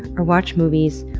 or watch movies,